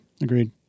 agreed